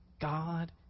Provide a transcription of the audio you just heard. God